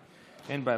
אוקיי, אין בעיה.